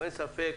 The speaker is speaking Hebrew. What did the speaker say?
אין ספק,